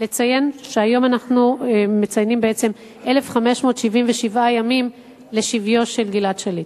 לציין שהיום אנחנו מציינים בעצם 1,577 ימים לשביו של גלעד שליט.